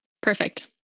Perfect